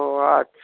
ও আচ্ছা